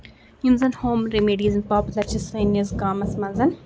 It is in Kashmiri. یِم زَن ہوم ریمِڈیٖز یِم پاپلر چھِ سٲنِس گامَس منٛز